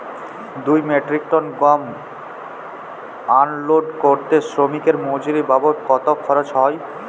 দুই metric ton গম unload করতে শ্রমিক এর মজুরি বাবদ কত খরচ হয়?